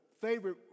favorite